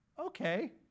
okay